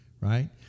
right